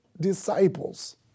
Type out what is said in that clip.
disciples